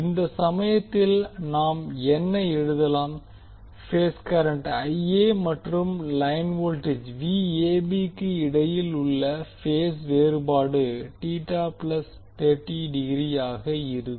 இந்த சமயத்தில் நாம் என்ன எழுதலாம் பேஸ் கரண்ட் மற்றும் லைன் வோல்டேஜ் க்கு இடையில் உள்ள பேஸ் வேறுபாடு ஆக இருக்கும்